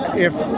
if